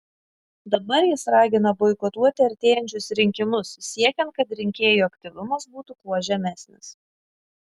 dabar jis ragina boikotuoti artėjančius rinkimus siekiant kad rinkėjų aktyvumas būtų kuo žemesnis